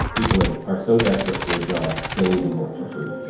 people are are so desperate for a job they will even work for free.